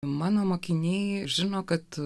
mano mokiniai žino kad